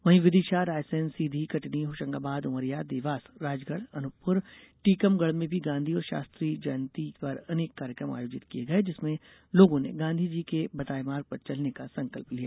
वहीं विदिशा रायसेन सीधी कटनी होशंगाबाद उमरिया देवास राजगढ़ अनुपपूर टीकमगढ़ में भी गांधी और शास्त्री जयंती पर अनेक कार्यक्रम आयोजित किये गये जिसमें लोगों ने गांधी के बताये मार्ग पर चलने का संकल्प लिया